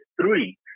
three